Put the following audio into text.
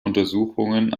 untersuchungen